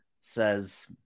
says